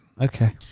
Okay